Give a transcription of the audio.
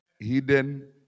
Hidden